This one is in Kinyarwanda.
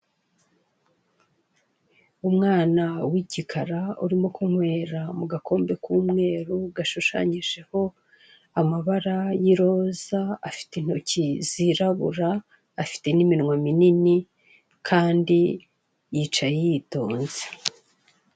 Umwana w'igikara urimo kunywera mu gakombe k'umweru gashushanyijeho amabara y'iroza afite intoki zirabura afite n'iminwa minini kandi yicaye yitonze.